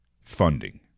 Funding